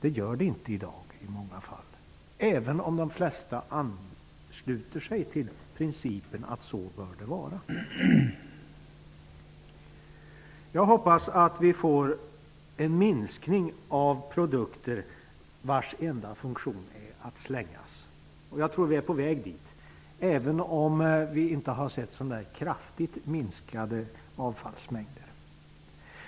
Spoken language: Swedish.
Så är i dag i många fall inte förhållandet, trots att de flesta ansluter sig till principen att det bör vara så. Jag hoppas att vi får en minskning av användningen av produkter vars enda funktion är att slängas. Jag tror att vi är på väg dit, även om vi inte har sett några kraftiga minskningar av avfallsmängderna.